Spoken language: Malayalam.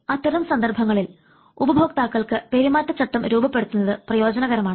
അത്തരം സന്ദർഭങ്ങളിൽ ഉപഭോക്താക്കൾക്ക് പെരുമാറ്റച്ചട്ടം രൂപപ്പെടുത്തുന്നത് പ്രയോജനകരമാണ്